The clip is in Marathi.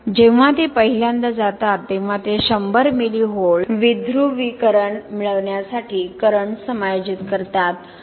जेव्हा ते पहिल्यांदा जातात तेव्हा ते 100 मिली व्होल्ट विध्रुवीकरण मिळविण्यासाठी करंट समायोजित करतात